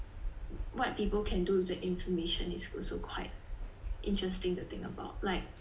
what people can do with the information is also quite interesting to think about like